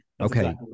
Okay